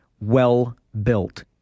well-built